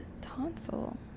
tonsil